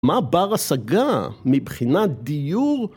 מה בר השגה מבחינת דיור?